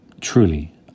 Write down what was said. truly